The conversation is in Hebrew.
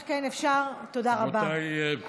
לראות איך חוסר אינטגריטי יש,